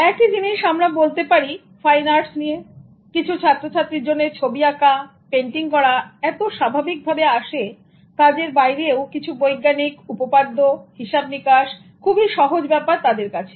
একই জিনিস আমরা বলতে পারি ফাইন আর্টস নিয়ে কিছু ছাত্র ছাত্রীর জন্য ছবি আঁকা কিছু পেন্টিং করা এত স্বাভাবিক ভাবে আসে কাজের বাইরে ও কিছু বৈজ্ঞানিক উপপাদ্য হিসাব নিকাশ খুবই সহজ ব্যাপার তাদের কাছে